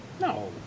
No